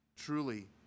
Truly